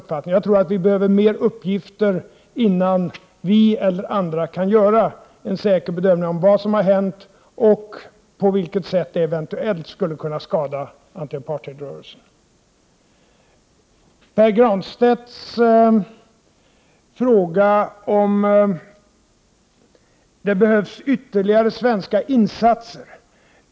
Jag tror att det behövs fler uppgifter, innan vi eller andra kan göra en säker bedömning av vad som har hänt och på vilket sätt det eventuellt skulle kunna skada anti-apartheid-rörelsen. Pär Granstedt frågade om det behövs några ytterligare svenska insatser.